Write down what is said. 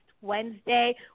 Wednesday